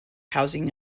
housing